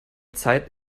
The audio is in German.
zeit